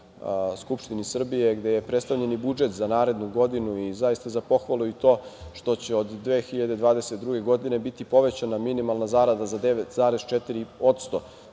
Skupštine Srbije, gde je predstavljen i budžet za narednu godinu i zaista za pohvalu je i to što će od 2022. godine biti povećana minimalna zarada za 9,4%.